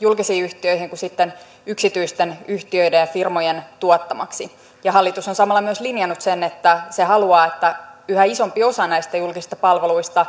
julkisiin yhtiöihin kuin sitten yksityisten yhtiöiden ja firmojen tuottamaksi hallitus on samalla myös linjannut sen että se haluaa että yhä isompi osa näistä julkisista palveluista